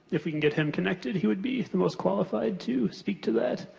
if we can get him connected, he would be the most qualified to speak to that,